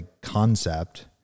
concept